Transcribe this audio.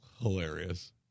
hilarious